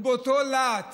ובאותו להט